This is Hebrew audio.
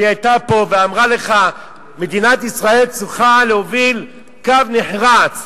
שהיתה פה ואמרה לך: מדינת ישראל צריכה להוביל קו נחרץ.